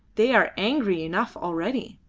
they are angry enough already.